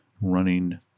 running